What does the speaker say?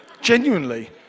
Genuinely